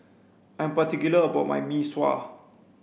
I'm particular about my mee sua